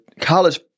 college